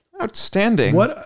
Outstanding